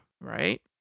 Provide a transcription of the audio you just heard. Right